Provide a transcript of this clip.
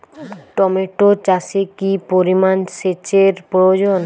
Tomato চাষে কি পরিমান সেচের প্রয়োজন?